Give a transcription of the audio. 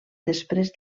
després